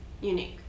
unique